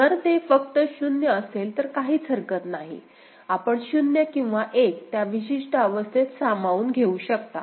जर ते फक्त 0 असेल तर काहीच हरकत नाही आपण 0 किंवा 1 त्या विशिष्ट अवस्थेत सामावून घेऊ शकता